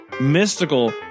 mystical